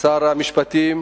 שר המשפטים,